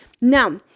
Now